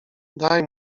daj